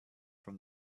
from